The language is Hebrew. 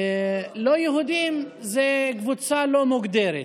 לא יהודים זה קבוצה לא מוגדרת.